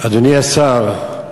אדוני השר,